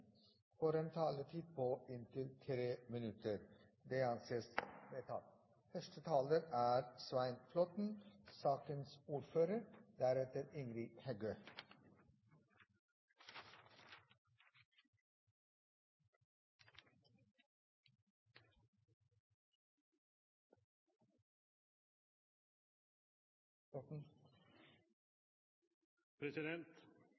får en taletid på inntil 3 minutter. – Det anses vedtatt. Representanten Kari Henriksen får ordet som første taler på vegne av sakens ordfører,